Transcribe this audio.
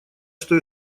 что